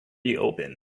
reopen